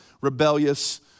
rebellious